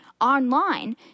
online